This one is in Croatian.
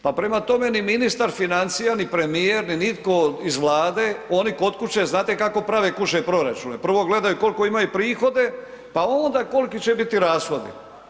Pa prema tome ni ministar financija ni premijer ni nitko iz Vlade, oni kod kuće, znate kako prave kućne proračune, prvo gledaju koliko imaju prihode pa onda koliki će biti rashodi.